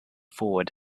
forward